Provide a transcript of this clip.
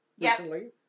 recently